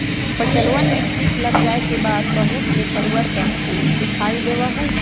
फसलवन में कीट लग जाये के बाद बहुत से परिवर्तन दिखाई देवा हई